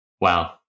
Wow